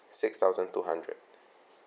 six thousand two hundred